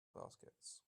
baskets